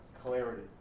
Clarity